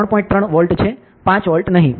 3 volt છે 5 volt નહીં